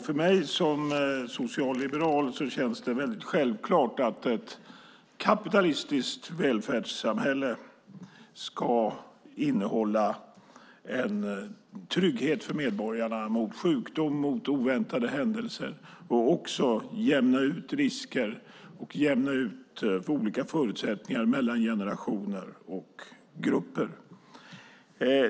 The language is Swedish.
För mig som socialliberal känns det väldigt självklart att ett kapitalistiskt välfärdssamhälle ska innehålla en trygghet för medborgarna mot sjukdom och oväntade händelser och jämna ut risker och olika förutsättningar mellan generationer och grupper.